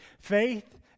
faith